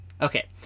Okay